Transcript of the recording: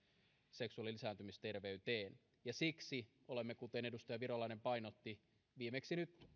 seksuaali ja lisääntymisterveyteen ja siksi olemme kuten edustaja virolainen painotti viimeksi nyt